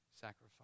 sacrifice